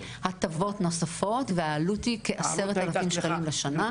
הטבות נוספות והעלות היא כ-10 אלפים שקלים לשנה.